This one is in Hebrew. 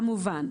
כמובן.